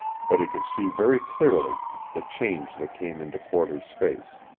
but he could see very clearly the change that came into porter's face.